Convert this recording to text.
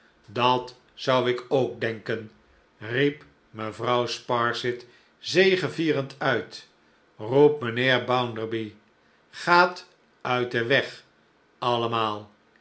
dat zou ik ook denken riep mevrouw sparsit zegevierend uit roep mijnheer bounderby gaat uit den weg allemaal